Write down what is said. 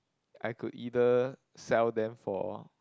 I could either sell them for